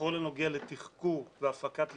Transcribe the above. בכל הנוגע לתחקור והפקת לקחים,